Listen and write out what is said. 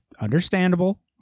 understandable